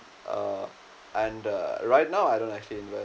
uh and uh right now I don't actually invest